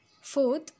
Fourth